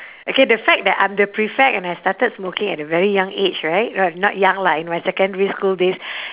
okay the fact that I'm the prefect and I started smoking at a very young age right uh not young lah in my secondary school days